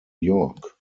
york